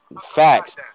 Facts